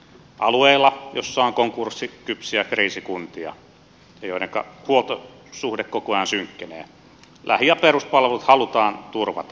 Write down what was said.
alueilla joissa on konkurssikypsiä kriisikuntia ja joidenka huoltosuhde koko ajan synkkenee lähi ja peruspalvelut halutaan turvata